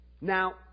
Now